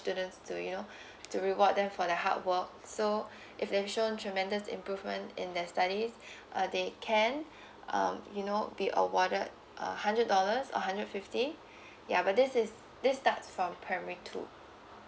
students to you know to reward them for their hard work so if they've shown tremendous improvement in their studies uh they can um you know be awarded a hundred dollars a hundred fifty ya but this is this starts from primary two